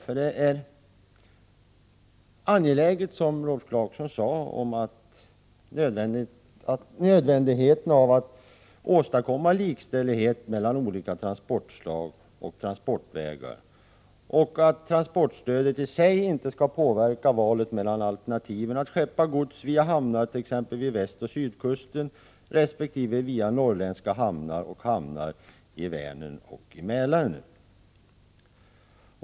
Som Rolf Clarkson sade, är det angeläget och nödvändigt att åstadkomma likställighet mellan olika transportslag och transportvägar och att transportstödet i sig inte skall påverka valet mellan alternativen att skeppa gods via hamnar vid t.ex. västoch sydkusten resp. via norrländska hamnar och hamnar i Vänern och Mälaren.